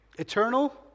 Eternal